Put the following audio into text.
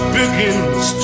begins